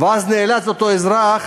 ואז אותו אזרח